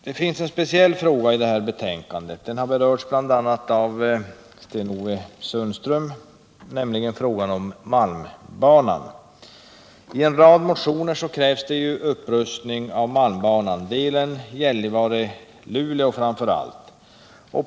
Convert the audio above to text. Det finns en speciell fråga i detta betänkande — den har berörts av bl.a. Sten-Ove Sundström — och det är frågan om malmbanan. I en rad motioner krävs en upprustning av malmbanan, framför allt delen Gällivare-Luleå.